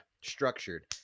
structured